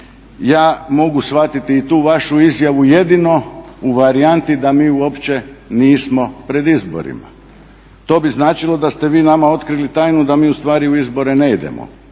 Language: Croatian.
ja mogu shvatiti i tu vašu izjavu jedino u varijanti da mi uopće nismo pred izborima. To bi značilo da ste vi nama otkrili tajnu da mi ustvari u izbore ne idemo.